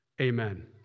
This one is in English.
Amen